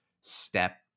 step